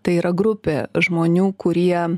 tai yra grupė žmonių kurie